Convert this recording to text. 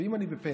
ואם אני בפנסיה,